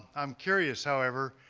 i'm curious, however,